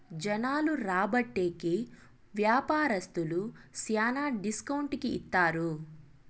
జనాలు రాబట్టే కి వ్యాపారస్తులు శ్యానా డిస్కౌంట్ కి ఇత్తారు